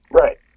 Right